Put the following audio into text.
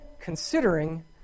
considering